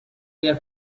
their